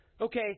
Okay